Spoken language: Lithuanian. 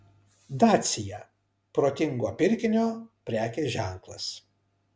dacia protingo pirkinio prekės ženklas